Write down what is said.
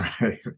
Right